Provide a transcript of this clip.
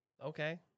Okay